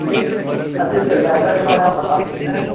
اچھا اس کا ذائقہ کے بارے ہم بتا سکتے ہیں